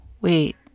wait